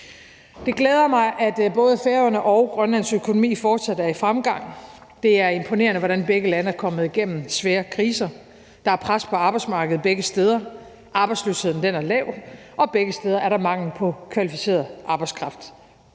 Det glæder mig, at både Færøerne og Grønlands økonomi fortsat er i fremgang. Det er imponerende, hvordan begge lande er kommet igennem svære kriser. Der er pres på arbejdsmarkedet begge steder, arbejdsløsheden er lav, og begge steder er der mangel på kvalificeret arbejdskraft.